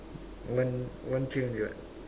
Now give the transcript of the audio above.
one one tree only what